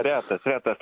retas retas